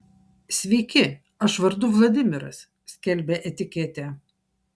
sveiki aš vardu vladimiras skelbia etiketė